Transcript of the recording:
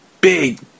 Big